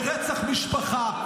ברצח משפחה,